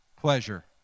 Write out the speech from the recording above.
pleasure